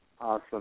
Awesome